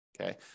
okay